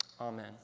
Amen